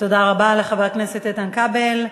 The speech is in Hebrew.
תודה רבה לחבר הכנסת איתן כבל.